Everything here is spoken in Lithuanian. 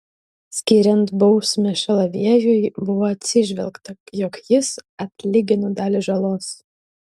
skiriant bausmę šalaviejui buvo atsižvelgta jog jis atlygino dalį žalos